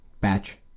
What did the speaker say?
Batch